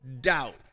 doubt